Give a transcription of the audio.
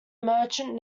merchant